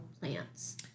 plants